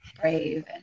brave